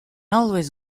always